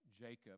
Jacob